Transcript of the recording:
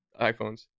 iPhones